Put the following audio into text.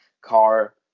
car